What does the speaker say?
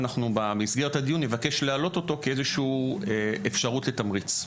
ואנחנו במסגרת הדיון נבקש להעלות אותו כאיזושהי אפשרות לתמריץ.